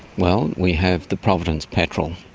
well, we have the providence petrel.